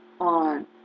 on